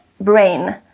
brain